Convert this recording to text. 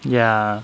ya